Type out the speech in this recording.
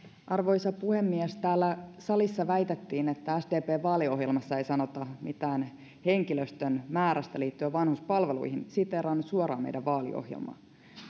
arvoisa puhemies täällä salissa väitettiin että sdpn vaaliohjelmassa ei sanota mitään henkilöstön määrästä liittyen vanhuspalveluihin siteeraan nyt suoraan meidän vaaliohjelmaamme